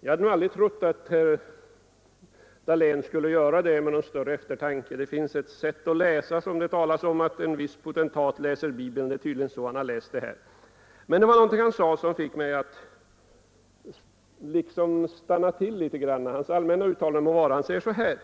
Jag har nu aldrig trott att herr Dahlén skulle göra det med någon större eftertanke. Det finns ett sätt att läsa som det sägs att en viss potentat läser bibeln på, och det är tydligen så herr Dahlén läst programmet. Men det var någonting som han sade som fick mig att liksom stanna till litet grand — hans allmänna uttalanden må vara. Han sade så här: